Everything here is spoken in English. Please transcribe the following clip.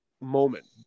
moment